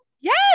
Yes